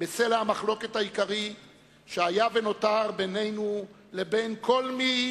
בסלע המחלוקת העיקרי שהיה ונותר בינינו ובין כל מי